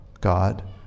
God